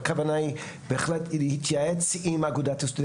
הכוונה היא בהחלט להתייעץ עם אגודת הסטודנטים.